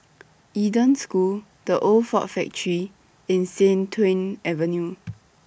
Eden School The Old Ford Factory and Sian Tuan Avenue